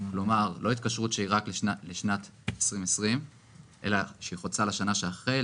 כלומר לא התקשרות שהיא רק לשנת 2020 אלא שהיא חוצה לשנה שאחרי,